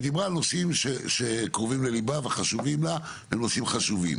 ודיברה על נושאים שקרובים לליבה וחשובים לה והם נושאים חשובים.